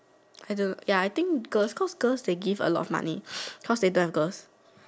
I don't know ya I think girls cause girls they give a lot of money cause they don't have girls